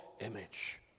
image